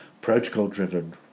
protocol-driven